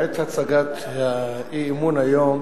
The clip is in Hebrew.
בעת הצגת האי-אמון היום